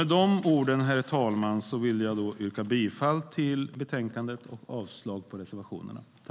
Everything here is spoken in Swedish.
Med dessa ord, herr talman, vill jag yrka bifall till förslagen i betänkandet och avslag på reservationerna.